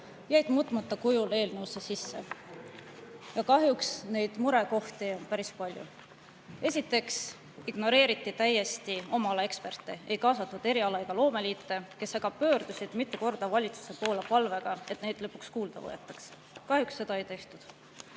jäid muutmata kujul eelnõusse sisse. Kahjuks neid murekohti on päris palju. Esiteks ignoreeriti täiesti oma ala eksperte. Ei kaasatud eriala- ja loomeliite, kes pöördusid mitu korda valitsuse poole palvega, et neid lõpuks kuulda võetaks. Kahjuks seda ei tehtud.